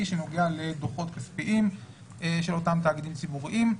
שנוגע לדוחות כספיים של אותם תאגידים ציבוריים.